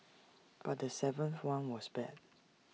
but the seventh one was bad